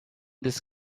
this